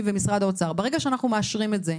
וממשרד האוצר: ברגע שאנחנו מאשרים את זה,